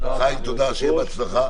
חיים, תודה, שיהיה בהצלחה.